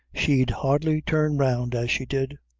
she'd hardly turn round as she did.